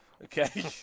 Okay